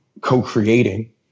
co-creating